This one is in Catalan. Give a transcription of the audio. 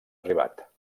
arribat